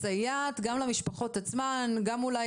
מסייעת גם למשפחות עצמן וגם אולי